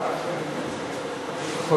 יש עוד